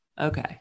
Okay